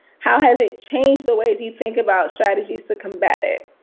how has it changed the ways you think about strategies to combat it?